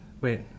Wait